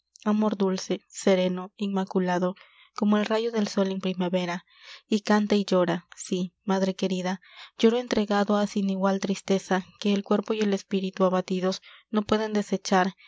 amor dulce sereno inmaculado como el rayo del sol en primavera y canta y llora sí madre querida lloro entregado á sin igual tristeza que el cuerpo y el espíritu abatidos no pueden desechar